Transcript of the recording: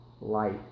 light